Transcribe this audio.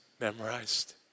memorized